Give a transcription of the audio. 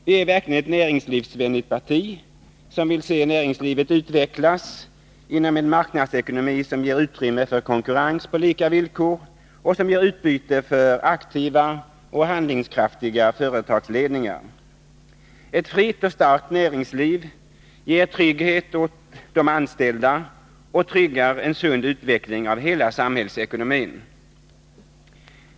Vi är verkligen ett näringslivsvänligt parti, som vill se näringslivet utvecklas inom en marknadsekonomi som ger utrymme för konkurrens på lika villkor och som ger utbyte för aktiva och handlingskraftiga företagsledningar. Ett friskt och starkt näringsliv ger trygghet åt de anställda och tryggar en sund utveckling av hela samhällsekonomin.